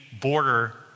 border